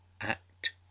act